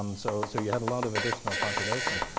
um so so you had a lot of additional population.